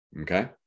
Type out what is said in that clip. Okay